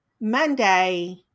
Monday